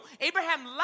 Abraham